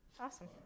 Awesome